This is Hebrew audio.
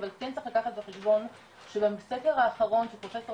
אבל כן צריך לקחת בחשבון שבסקר האחרון של פרופסור